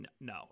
no